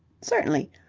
certainly.